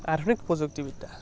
আধুনিক প্ৰযুক্তিবিদ্যা